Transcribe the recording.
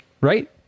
right